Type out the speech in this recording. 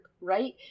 right